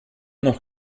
noch